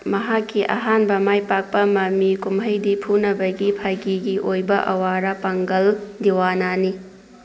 ꯃꯍꯥꯛꯀꯤ ꯑꯍꯥꯟꯕ ꯃꯥꯏ ꯄꯥꯛꯄ ꯃꯃꯤ ꯀꯨꯝꯍꯩꯗꯤ ꯐꯨꯅꯕꯒꯤ ꯐꯥꯒꯤꯒꯤ ꯑꯣꯏꯕ ꯑꯋꯥꯔꯥ ꯄꯥꯡꯒꯜ ꯗꯤꯋꯥꯅꯥꯅꯤ